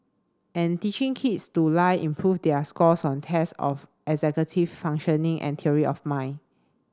and teaching kids to lie improve their scores on tests of executive functioning and theory of mind